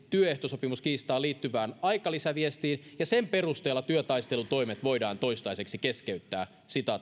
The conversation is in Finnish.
työehtosopimuskiistaan liittyvään aikalisäviestiin ja sen perusteella työtaistelutoimet voidaan toistaiseksi keskeyttää